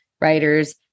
writers